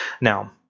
Now